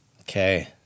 Okay